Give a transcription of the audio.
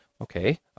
Okay